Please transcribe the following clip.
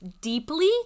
deeply